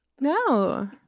No